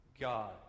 God